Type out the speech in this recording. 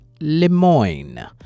Lemoyne